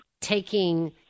taking